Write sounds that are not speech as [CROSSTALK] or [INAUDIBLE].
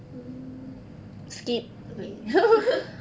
mm okay [LAUGHS]